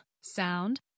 sound